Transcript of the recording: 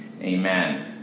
Amen